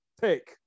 pick